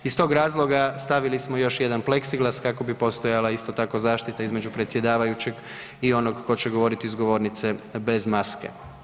Iz tog razloga stavili smo još jedan pleksiglas kako bi postojala isto tako zaštita između predsjedavajućeg i onog tko će govoriti s govornice bez maske.